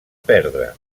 perdre